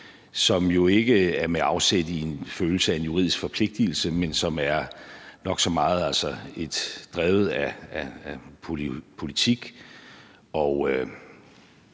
som jo ikke er med afsæt i en følelse af en juridisk forpligtigelse, men som nok så meget er drevet af politik